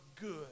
good